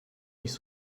nicht